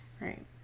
Right